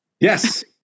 Yes